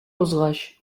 узгач